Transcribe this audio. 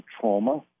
trauma